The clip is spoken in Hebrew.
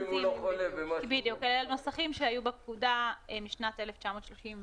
אלה נוסחים שהיו בפקודה משנות ה-30.